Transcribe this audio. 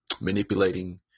manipulating